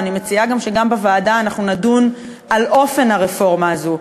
ואני מציעה שגם בוועדה נדון על הרפורמה הזאת,